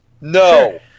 No